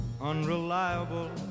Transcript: unreliable